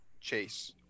Chase